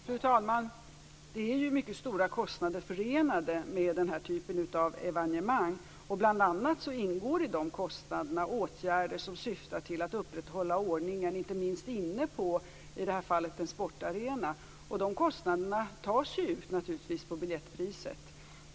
Fru talman! Det är ju mycket stora kostnader förenade med den här typen av evenemang. Bl.a. ingår i dessa kostnader åtgärder som syftar till att upprätthålla ordningen - inte minst inne på, i det här fallet, en sportarena. De kostnaderna tas naturligtvis ut på biljettpriset.